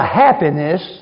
happiness